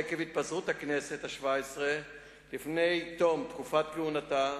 עקב התפזרות הכנסת השבע-עשרה לפני תום תקופת כהונתה,